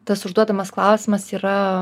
tas užduodamas klausimas yra